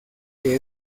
que